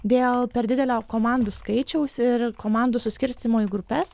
dėl per didelio komandų skaičiaus ir komandų suskirstymo į grupes